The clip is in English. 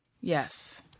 Yes